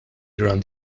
round